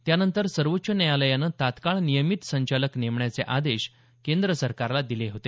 त्यानंतर सर्वोच्च न्यायालयानं तात्काळ नियमित संचालक नेमण्याचे आदेश केंद्र सरकारला दिले होते